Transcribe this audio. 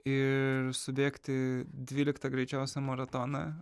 ir subėgti dvyliktą greičiausią maratoną